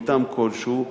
מטעם כלשהו,